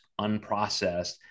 unprocessed